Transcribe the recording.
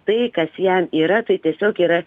tai kas jam yra tai tiesiog yra